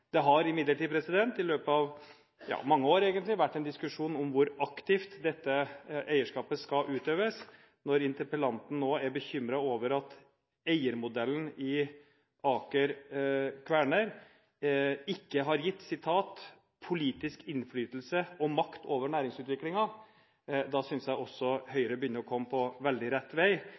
mange år har det imidlertid vært en diskusjon om hvor aktivt dette eierskapet skal utøves. Når interpellanten nå er bekymret over at eiermodellen i Aker Kværner ikke har gitt «politisk innflytelse eller makt over næringsutvikling», synes jeg også Høyre begynner å komme på veldig rett vei